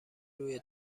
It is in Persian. روی